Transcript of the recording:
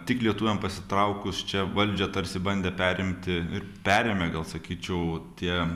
tik lietuviam pasitraukus čia valdžią tarsi bandė perimti ir perėmė gal sakyčiau tie